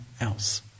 else